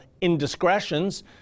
indiscretions